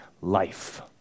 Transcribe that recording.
life